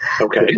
Okay